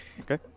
Okay